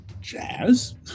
Jazz